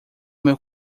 meu